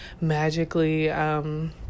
magically